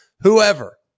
Whoever